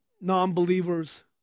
non-believers